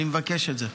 אני מבקש את זה.